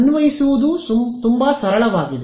ಅನ್ವಯಿಸುವುದು ತುಂಬಾ ಸರಳವಾಗಿದೆ